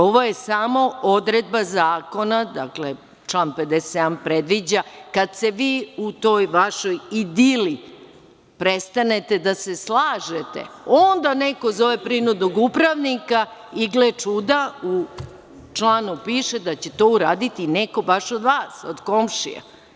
Ovo je samo odredba zakona, dakle, član 57. predviđa kada se vi u toj vašoj idili prestanete da se slažete onda neko zove prinudnog upravnika i gle čuda, u članu piše da će to uraditi neko baš od vas, od komšija.